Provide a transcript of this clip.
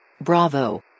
Bravo